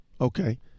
Okay